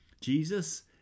Jesus